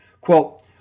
Quote